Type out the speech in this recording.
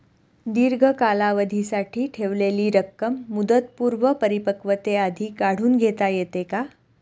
दीर्घ कालावधीसाठी ठेवलेली रक्कम मुदतपूर्व परिपक्वतेआधी काढून घेता येते का?